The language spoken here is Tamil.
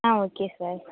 ah okay sir